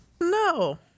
No